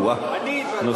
אני התבלבלתי.